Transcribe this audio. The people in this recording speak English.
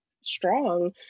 strong